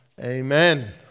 Amen